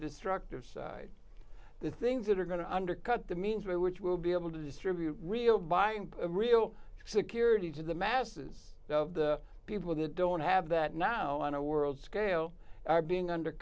destructive side the things that are going to undercut the means by which will be able to distribute real buying real security to the masses of the people that don't have that now on a world scale are being under